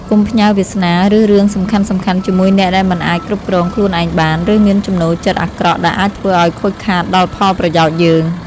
កុំផ្ញើវាសនា ឬរឿងសំខាន់ៗជាមួយអ្នកដែលមិនអាចគ្រប់គ្រងខ្លួនឯងបាន ឬមានចំណូលចិត្តអាក្រក់ដែលអាចធ្វើឱ្យខូចខាតដល់ផលប្រយោជន៍យើង។